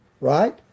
Right